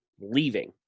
leaving